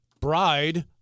bride